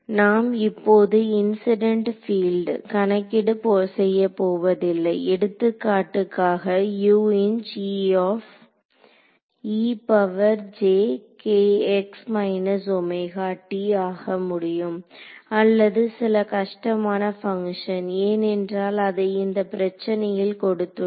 நாம் இப்போது incident field கணக்கிட செய்யப்போவதில்லை எடுத்துக்காட்டுக்காக ஆக முடியும் அல்லது சில கஷ்டமான பங்க்ஷன் ஏனென்றால் அதை இந்த பிரச்சனையில் கொடுத்துள்ளனர்